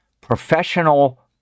professional